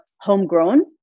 homegrown